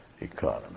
economy